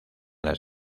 las